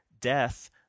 death